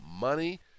money